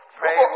pray